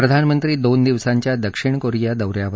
प्रधानमंत्री दोन दिवसाच्या दक्षिण कोरिया दौ यावर आहेत